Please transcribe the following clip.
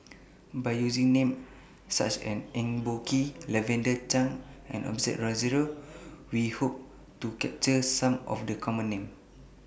By using Names such as Eng Boh Kee Lavender Chang and Osbert Rozario We Hope to capture Some of The Common Names